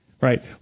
Right